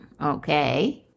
Okay